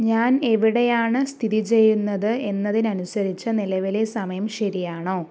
ഞാൻ എവിടെയാണ് സ്ഥിതി ചെയ്യുന്നത് എന്നതിനനുസരിച്ച് നിലവിലെ സമയം ശരിയാണോ